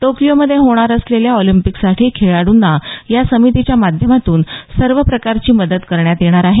टोकिओमध्ये होणार असलेल्या ऑलिम्पिकसाठी खेळाडूंना या समितीच्या माध्यमातून सर्व प्रकारची मदत करण्यात येणार आहे